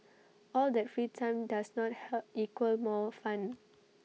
all that free time does not help equal more fun